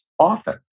often